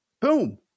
boom